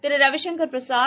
Thiru Ravi Shankar Prasad